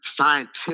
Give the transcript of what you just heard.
scientific